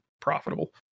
profitable